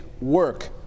work